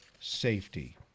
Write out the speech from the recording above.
safety